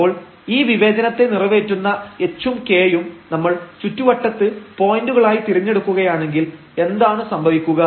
അപ്പോൾ ഈ വിവേചനത്തെ നിറവേറ്റുന്ന h ഉം k ഉം നമ്മൾ ചുറ്റുവട്ടത്ത് പോയന്റുകളായി തിരഞ്ഞെടുക്കുകയാണെങ്കിൽ എന്താണ് സംഭവിക്കുക